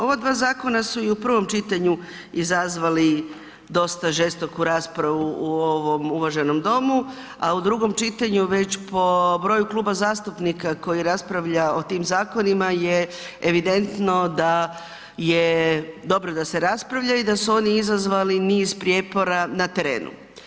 Ova dva zakona su i u prvom čitanju izazvali dosta žestoku raspravu u ovom uvaženom Domu a u drugom čitanju već po broju kluba zastupnika koji raspravlja o tim zakonima je evidentno da je dobro da se raspravlja i da su oni izazvali niz prijepora na terenu.